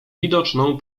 widoczną